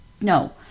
no